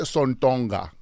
Sontonga